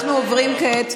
אנחנו עוברים כעת,